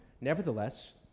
Nevertheless